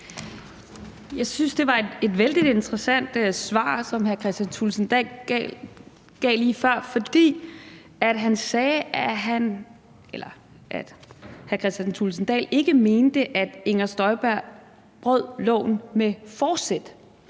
Jeg syntes, at det var et vældig interessant svar, som hr. Kristian Thulesen Dahl gav lige før, fordi hr. Kristian Thulesen Dahl sagde, at han ikke mente, at Inger Støjberg brød loven med forsæt.